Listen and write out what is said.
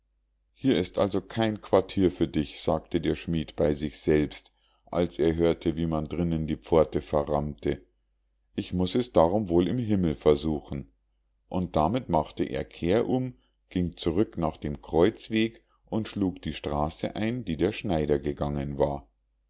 hier ist also kein quartier für dich sagte der schmied bei sich selbst als er hörte wie man drinnen die pforte verrammte ich muß es darum wohl im himmel versuchen und damit machte er kehrum ging zurück nach dem kreuzweg und schlug die straße ein die der schneider gegangen war